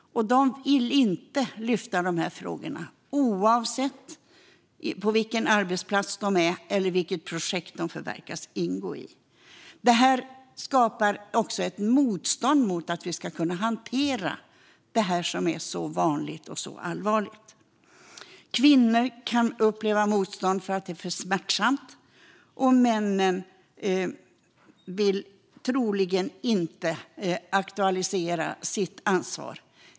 Och de vill inte lyfta de här frågorna oavsett vilken arbetsplats de är på eller vilket projekt de förväntas ingå i. Det här skapar också ett motstånd mot att hantera det här som är så vanligt och så allvarligt. Kvinnor kan uppleva motstånd för att det är för smärtsamt, och männen vill troligen inte aktualisera sitt ansvar.